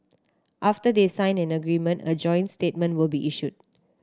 after they sign an agreement a joint statement will be issued